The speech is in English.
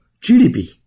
GDP